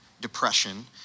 depression